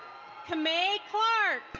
kamay clark.